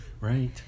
Right